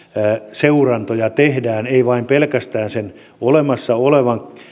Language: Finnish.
seurantoja tehdään toimia pelkästään sen olemassa olevan